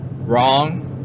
Wrong